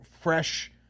fresh